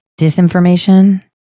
disinformation